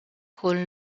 con